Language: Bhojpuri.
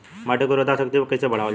माटी के उर्वता शक्ति कइसे बढ़ावल जाला?